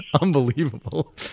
unbelievable